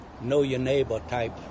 know-your-neighbor-type